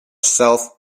self